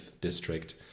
district